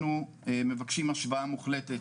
אנחנו מבקשים השוואה מוחלטת,